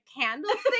candlestick